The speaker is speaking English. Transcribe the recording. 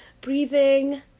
breathing